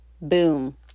boom